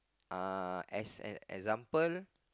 uh as an example